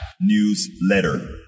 newsletter